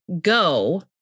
go